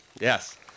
yes